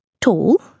Tall